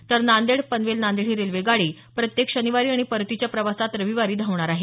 तर नांदेड पनवेल नांदेड ही रेल्वेगाडी प्रत्येक शनिवारी आणि परतीच्या प्रवासात रविवारी धावणार आहे